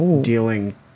dealing